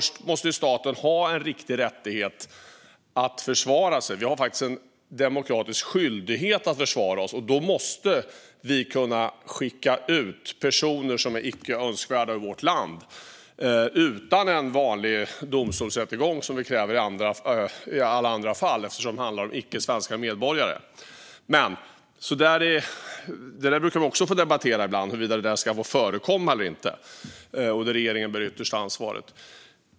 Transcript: Staten måste ha en riktig rättighet att försvara sig. Vi har faktiskt en demokratisk skyldighet att försvara oss. Då måste vi kunna skicka ut personer som är icke önskvärda ur vårt land utan en vanlig domstolsrättegång, som vi kräver i alla andra fall, eftersom det handlar om icke svenska medborgare. Vi får ibland debattera det, huruvida det ska få förekomma eller inte. Där bär regeringen det yttersta ansvaret.